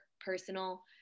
personal